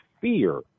fear